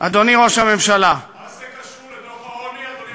אדוני ראש הממשלה, מה זה קשור לדוח העוני, אדוני